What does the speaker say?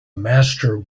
master